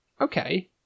Okay